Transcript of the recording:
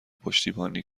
پشتیبانی